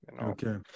Okay